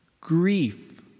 Grief